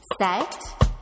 set